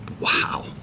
wow